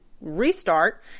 restart